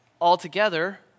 altogether